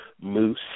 Moose